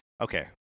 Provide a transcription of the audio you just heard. Okay